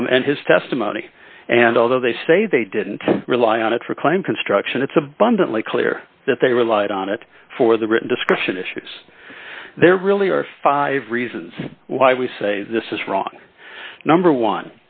lobby and his testimony and although they say they didn't rely on it for a claim construction it's abundantly clear that they relied on it for the written description issues there really are five reasons why we say this is wrong number one